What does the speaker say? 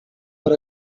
per